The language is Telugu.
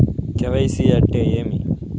కె.వై.సి అంటే ఏమి?